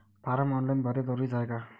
Form online भरने जरुरीचे हाय का?